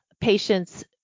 patients